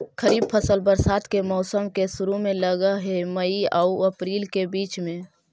खरीफ फसल बरसात के मौसम के शुरु में लग हे, मई आऊ अपरील के बीच में